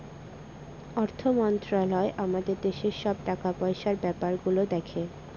অর্থ মন্ত্রালয় আমাদের দেশের সব টাকা পয়সার ব্যাপার গুলো দেখে